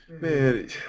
Man